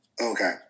Okay